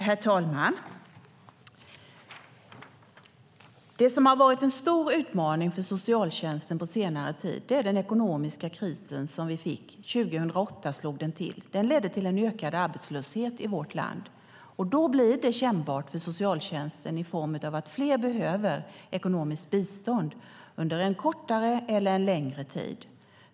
Herr talman! Det som har varit en stor utmaning för socialtjänsten på senare tid är den ekonomiska kris vi fick. Den slog till 2008 och ledde till en ökad arbetslöshet i vårt land. Då blir det kännbart för socialtjänsten i form av att fler behöver ekonomiskt bistånd under en kortare eller längre tid.